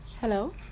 hello